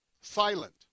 silent